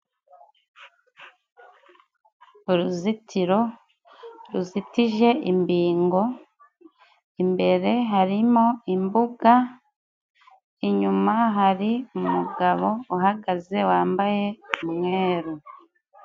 Uruzitiro ruzitije imbingo, imbere harimo imbuga, inyuma hari umugabo uhagaze wambaye umweru.